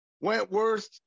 Wentworth